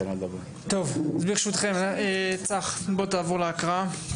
ברשותכם, צח, תעבור להקראה.